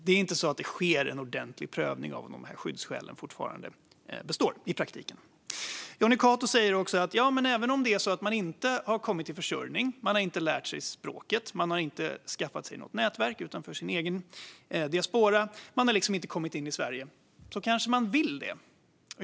Det sker i praktiken alltså ingen ordentlig prövning av om skyddsskälen fortfarande består. Jonny Cato säger att även om man inte har kommit i försörjning, inte lärt sig språket, inte skaffat sig ett nätverk utanför sin egen diaspora och alltså inte kommit in i Sverige så kanske man vill det.